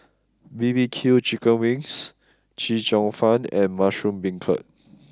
B B Q Chicken Wings Chee Cheong Fun and Mushroom Beancurd